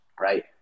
right